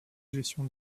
gestion